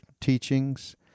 teachings